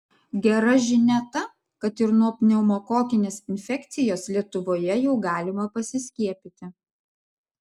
gera žinia ta kad ir nuo pneumokokinės infekcijos lietuvoje jau galima pasiskiepyti